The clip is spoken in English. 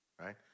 right